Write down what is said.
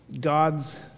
God's